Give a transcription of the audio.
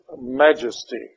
majesty